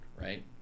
right